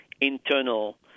internal